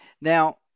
Now